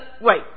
Wait